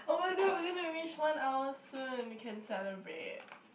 [oh]-my-god we're gonna reach one hour soon we can celebrate